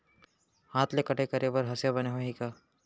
हाथ ले कटाई करे बर हसिया बने होही का?